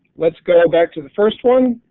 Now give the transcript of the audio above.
let's go back to the first one